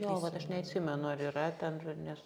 jo vat aš neatsimenu ar yra ten žo nes